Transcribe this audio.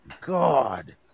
god